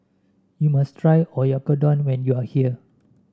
you must try Oyakodon when you are here